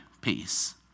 peace